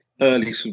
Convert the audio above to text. early